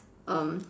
um